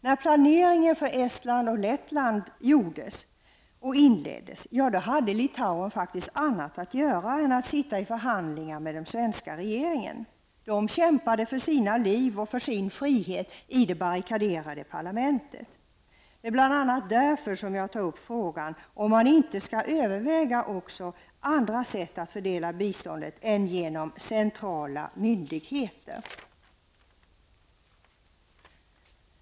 När planeringen för Estlands och Lettlands del inleddes hade man i Litauen faktiskt annat att göra än att bara sitta i förhandlingar med den svenska regeringen. I ett barrikaderat parlament kämpade man ju för sina liv och för sin frihet. Det är bl.a. därför som jag undrar om vi inte skulle kunna överväga att fördela biståndet på något annat sätt. Det behöver ju inte ske genom centrala myndigheter.